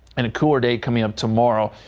and a cooler day coming up tomorrow,